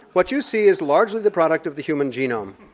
what you see is largely the product of the human genome.